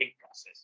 process